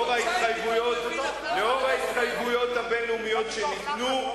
לאור ההתחייבויות הבין-לאומיות שניתנו,